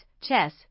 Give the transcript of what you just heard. chess